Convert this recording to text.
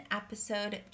episode